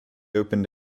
opened